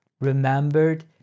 remembered